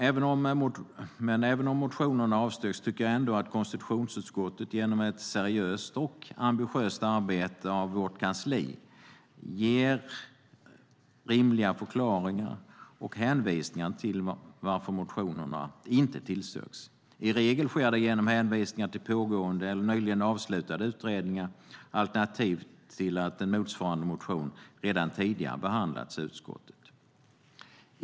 Även om motionerna avstyrks tycker jag att konstitutionsutskottet, genom ett seriöst och ambitiöst arbete av vårt kansli, ger rimliga förklaringar och hänvisningar till varför motionerna inte tillstyrks. I regel sker det genom hänvisningar till pågående eller nyligen avslutade utredningar, alternativt till att en motsvarande motion redan tidigare behandlats i utskottet.